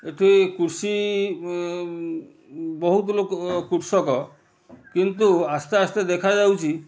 ଏଠି କୃଷି ବହୁତ ଲୋକ କୃଷକ କିନ୍ତୁ ଆସ୍ତେ ଆସ୍ତେ ଦେଖାଯାଉଛି